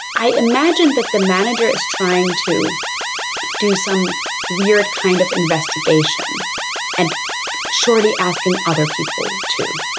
i imagine that the manager is trying to do some weird kind of investigation and shorty asking other people to.